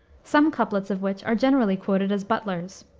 some couplets of which are generally quoted as butler's,